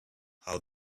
how